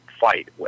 fight